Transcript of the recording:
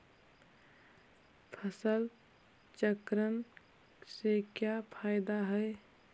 फसल चक्रण से का फ़ायदा हई?